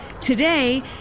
today